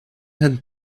had